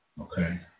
Okay